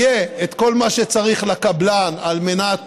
יהיה את כל מה שצריך לקבלן על מנת